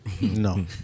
No